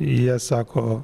jie sako